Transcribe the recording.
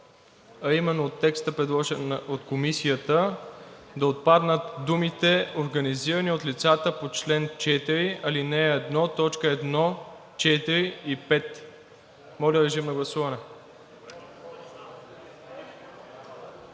а именно в текста, предложен от Комисията, да отпаднат думите: „организирани от лицата по чл. 4, ал. 1, т. 1, 4 и 5“. Моля, режим на гласуване.